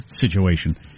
situation